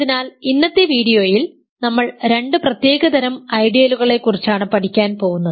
അതിനാൽ ഇന്നത്തെ വീഡിയോയിൽ നമ്മൾ രണ്ടു പ്രത്യേകതരം ഐഡിയലുകളെ കുറിച്ചാണ് പഠിക്കാൻ പോകുന്നത്